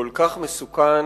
כל כך מסוכן,